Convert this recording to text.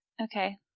Okay